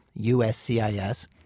USCIS